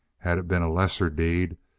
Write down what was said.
had it been a lesser deed,